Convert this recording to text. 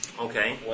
Okay